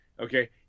Okay